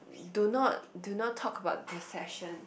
do not do not talk about the session